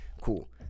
Cool